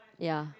ya